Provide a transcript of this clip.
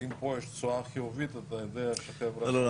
ואם פה יש תשואה חיובית אתה יודע שהחבר'ה פה --- לא,